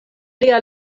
lia